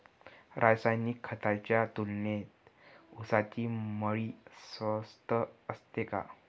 रासायनिक खतांच्या तुलनेत ऊसाची मळी स्वस्त असते का?